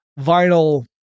vinyl